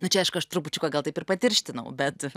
nu čia aišku aš trupučiuką gal taip ir patirštinau bet